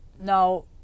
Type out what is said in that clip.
now